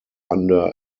under